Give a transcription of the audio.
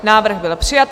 Návrh byl přijat.